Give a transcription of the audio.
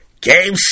Game